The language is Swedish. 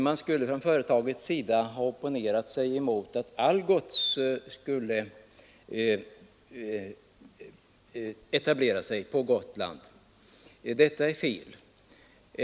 Man skulle från företagets sida ha opponerat emot att Algots tänkte etablera sig på Gotland. Detta är fel.